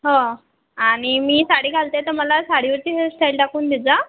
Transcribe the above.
हो आणि मी साडी घालते आहे तर मला साडीवरची हेअरस्टाईल टाकून देजा